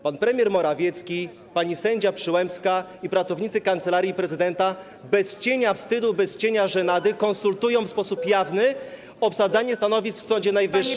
Pan premier Morawiecki, pani sędzia Przyłębska i pracownicy Kancelarii Prezydenta bez cienia wstydu, bez cienia żenady konsultują w sposób jawny obsadzanie stanowisk w Sądzie Najwyższym.